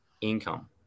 income